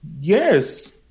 Yes